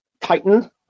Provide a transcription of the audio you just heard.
Titan